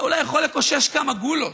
אתה אולי יכול לקושש כמה גולות.